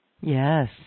Yes